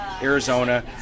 Arizona